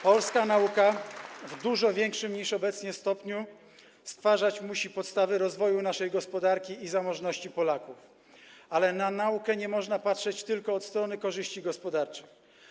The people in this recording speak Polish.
Polska nauka w dużo większym niż obecnie stopniu stwarzać musi podstawy rozwoju naszej gospodarki i zamożności Polaków, ale na naukę nie można patrzeć tylko od strony korzyści gospodarczych.